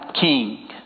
King